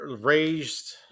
raised